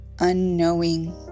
unknowing